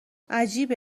عجیبه